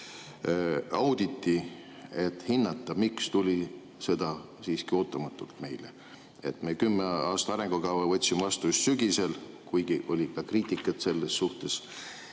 auditi, et hinnata, miks tuli sõda siiski meile ootamatult? Me kümne aasta arengukava võtsime vastu sügisel, kuigi oli ka kriitikat selles suhtes,